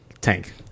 Tank